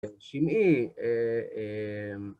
שמעי אה אה